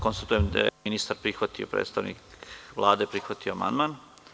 Konstatujem da je ministar prihvatio, predstavnik Vlade prihvatio amandman.